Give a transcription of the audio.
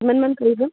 কিমানমান কৰিব